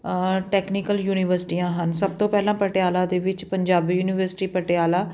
technical ਯੂਨੀਵਰਸਿਟੀਆਂ ਹਨ ਸਭ ਤੋਂ ਪਹਿਲਾਂ ਪਟਿਆਲਾ ਦੇ ਵਿੱਚ ਪੰਜਾਬੀ ਯੂਨੀਵਰਸਿਟੀ ਪਟਿਆਲਾ